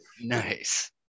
nice